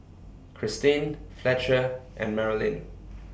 Christine Fletcher and Marilynn